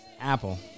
Apple